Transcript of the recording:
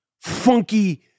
funky